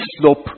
slope